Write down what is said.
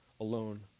alone